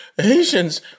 Haitians